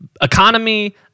Economy